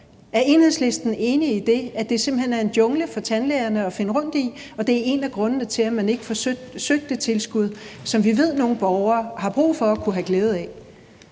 Er Enhedslisten enig i det, altså at det simpelt hen er en jungle for tandlægerne at finde rundt i, og at det er en af grundene til, at man ikke får søgt det tilskud, som vi ved nogle borgere har brug for og kunne have glæde af?